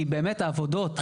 כי באמת העבודות,